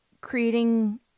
creating